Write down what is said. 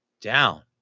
down